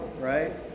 right